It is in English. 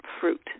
fruit